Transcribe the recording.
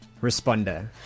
responder